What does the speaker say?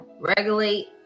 regulate